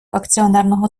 акціонерного